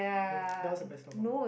mm that was the best lobang